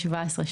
17,